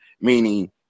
meaning